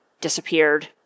disappeared